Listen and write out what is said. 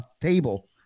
table